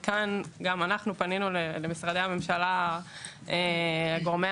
גם אנחנו פנינו למשרדי הממשלה וגורמי